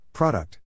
Product